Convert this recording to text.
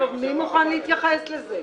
מי מוכן להתייחס לזה?